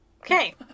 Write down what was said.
Okay